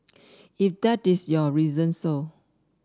if that is your reason so